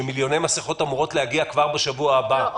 שמיליוני מסכות אמורות להגיע כבר בשבוע הבא.